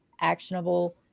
actionable